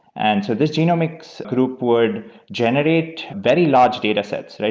and so this genomics group would generate very large datasets.